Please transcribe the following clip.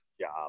job